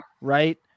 right